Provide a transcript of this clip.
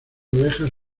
ovejas